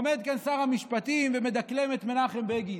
עומד כאן שר המשפטים ומדקלם את מנחם בגין.